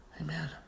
Amen